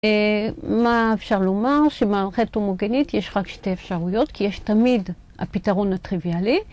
מה אפשר לומר, שמערכת הומוגנית יש רק שתי אפשרויות כי יש תמיד הפתרון הטריוויאלי